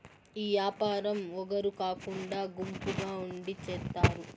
ఈ యాపారం ఒగరు కాకుండా గుంపుగా ఉండి చేత్తారు